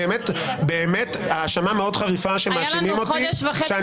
באמת האשמה מאוד חריפה שמאשימים אותי שאני